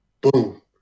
boom